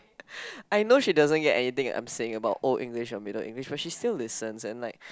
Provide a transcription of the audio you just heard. I know she doesn't get anything I'm saying about old English or middle English but she still listens and it's like